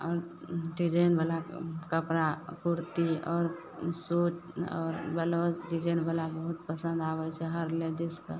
आओर डिजाइनवला कपड़ा कुर्ती आओर सूट आओर ब्लाउज डिजाइनवला बहुत पसन्द आबय छै हर लेडीजके